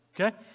Okay